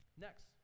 Next